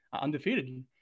undefeated